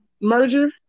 merger